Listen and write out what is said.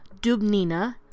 Dubnina